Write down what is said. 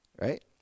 right